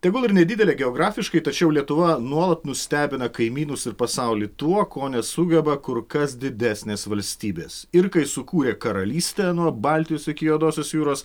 tegul ir nedidelė geografiškai tačiau lietuva nuolat nustebina kaimynus ir pasaulį tuo ko nesugeba kur kas didesnės valstybės ir kai sukūrė karalystę nuo baltijos iki juodosios jūros